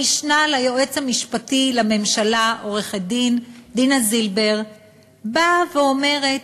המשנה ליועץ המשפטי לממשלה עורכת-דין דינה זילבר באה ואומרת: